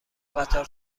قطار